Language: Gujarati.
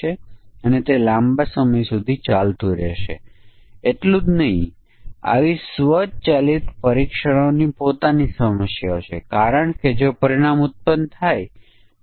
છે અને બીજી બાજુ ઉમર છે તે 5 થી 30 ની વચ્ચેની વ્યક્તિ છે અથવા 30 કરતા વધારે છે